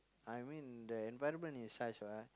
I mean the environment is such what